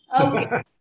Okay